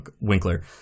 Winkler